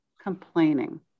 complaining